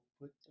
put